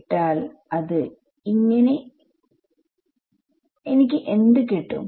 ഇട്ടാൽ അത് എനിക്ക് എന്ത് കിട്ടും